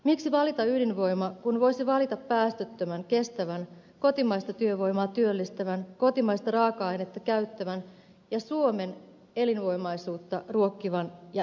miksi valita ydinvoima kun voisi valita päästöttömän kestävän kotimaista työvoimaa työllistävän kotimaista raaka ainetta käyttävän ja suomen elinvoimaisuutta ruokkivan ja edistävän vaihtoehdon